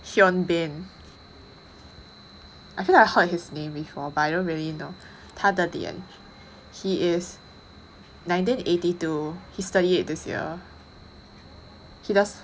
I feel like I heard his name before but I don't really know 他的脸 he is nineteen eighty two he is thirty eight this year he does